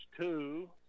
two